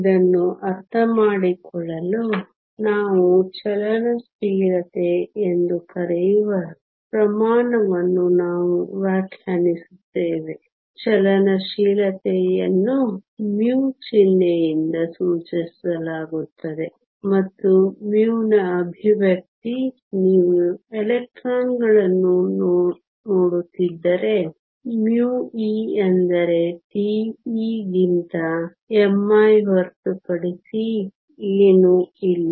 ಇದನ್ನು ಅರ್ಥಮಾಡಿಕೊಳ್ಳಲು ನಾವು ಚಲನಶೀಲತೆ ಎಂದು ಕರೆಯುವ ಪ್ರಮಾಣವನ್ನು ನಾವು ವ್ಯಾಖ್ಯಾನಿಸುತ್ತೇವೆ ಚಲನಶೀಲತೆಯನ್ನು μ ಚಿಹ್ನೆಯಿಂದ ಸೂಚಿಸಲಾಗುತ್ತದೆ ಮತ್ತು μ ನ ಎಕ್ಸ್ಪ್ರೆಶನ್ ನೀವು ಎಲೆಕ್ಟ್ರಾನ್ಗಳನ್ನು ನೋಡುತ್ತಿದ್ದರೆ μe ಎಂದರೆ τe ಗಿಂತ m¿ ಹೊರತುಪಡಿಸಿ ಏನೂ ಇಲ್ಲ